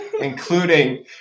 including